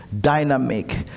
dynamic